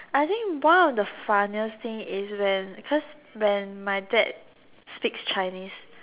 I think one of the funniest thing is when cause when my dad speaks Chinese